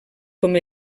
com